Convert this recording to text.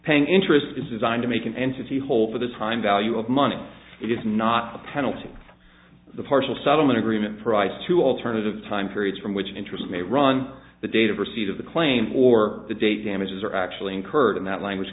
paying interest is designed to make an entity hold for the time value of money it is not a penalty the partial settlement agreement provides to alternative time periods from which interest may run the date of receipt of the claim or the date damages are actually incurred in that language